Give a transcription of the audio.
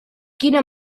quina